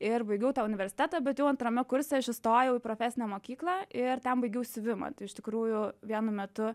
ir baigiau tą universitetą bet jau antrame kurse aš įstojau į profesinę mokyklą ir ten baigiau siuvimą tai iš tikrųjų vienu metu